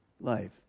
life